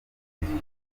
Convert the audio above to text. zifite